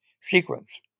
sequence